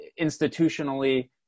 institutionally